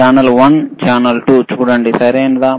channel 1 channel 2 చూడండి సరియైనదా